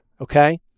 okay